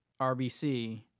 RBC